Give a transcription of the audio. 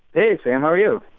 hey, sam. how are you?